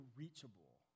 reachable